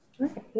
Okay